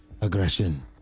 aggression